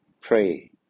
pray